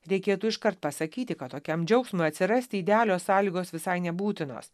reikėtų iškart pasakyti kad tokiam džiaugsmui atsirasti idealios sąlygos visai nebūtinos